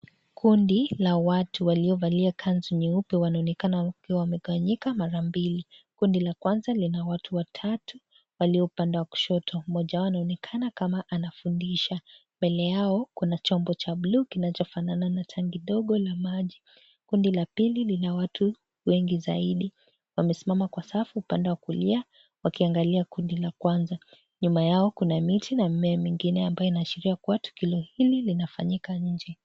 Kundi la watu waliovalia kanzu nyeupe wanaonekana wakiwa wamegawanyika mara mbili. Kundi la kwanza lina watu watatu walio upande wa kushoto. Mmoja wao anaonekana kama anafundisha. Mbele yao kuna chombo cha bluu kinachofanana na tangi dogo la maji. Kundi la pili lina watu wengi zaidi. Wamesimama kwa safu upande wa kulia wakiangalia kundi la kwanza. Nyuma yao kuna miti na mmea mingine ambayo inaashiria kuwa tukio hili linafanyika nje.